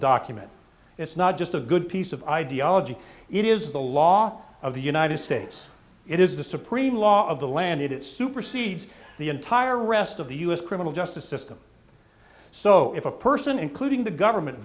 document it's not just a good piece of ideology it is the law of the united states it is the supreme law of the land it supersedes the entire rest of the u s criminal justice system so if a person including the government